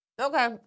Okay